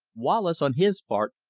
wallace, on his part,